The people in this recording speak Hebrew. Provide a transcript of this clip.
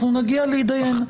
אנחנו נגיע להתדיין.